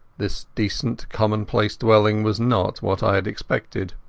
this decent common-place dwelling was not what i had expected.